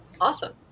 Awesome